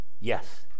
Yes